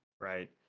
right